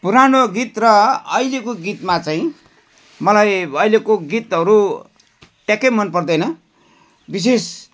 पुरानो गीत र अहिलेको गीतमा चाहिँ मलाई अहिलेको गीतहरू ट्याक्कै मनपर्दैन विशेष